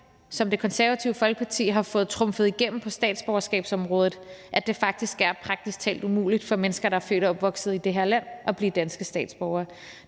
som Det Konservative Folkeparti har fået trumfet igennem på statsborgerskabsområdet, at det faktisk er praktisk talt umuligt for mennesker, der er født og opvokset i det her land, at blive danske statsborger.